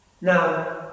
now